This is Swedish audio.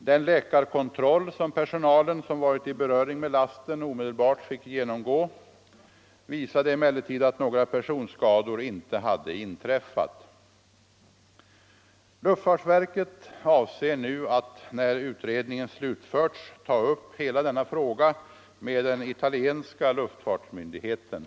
Den läkarkontroll som den personal som varit i beröring med lasten omedelbart fick genomgå visar emellertid att några personskador inte hade inträffat. Luftfartsverket avser nu att, när utredningen slutförts, ta upp hela denna fråga med den italienska luftfartsmyndigheten.